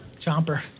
Chomper